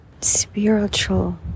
Spiritual